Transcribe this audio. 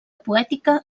poètica